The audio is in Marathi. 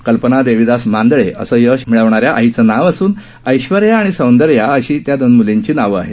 कल्पना देविदास मांदळे असं यश गाठणाऱ्या आईचं नाव असून ऐश्वर्या आणि सौंदर्या अशी दोन म्लींची नावं आहेत